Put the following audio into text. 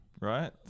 Right